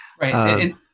Right